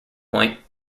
point